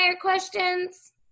questions